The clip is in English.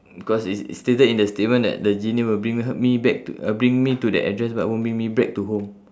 because it's it's stated in the statement that the genie will bring h~ me back t~ uh bring me to that address but won't bring me back to home